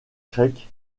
creek